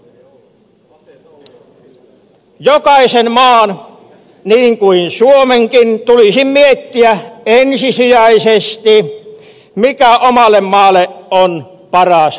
jokaisen maan niin kuin suomenkin tulisi miettiä ensisijaisesti sitä mikä omalle maalle on paras ratkaisu